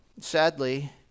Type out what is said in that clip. sadly